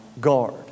guard